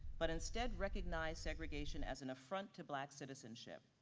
but instead recognize segregation as an affront to black citizenship,